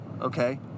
okay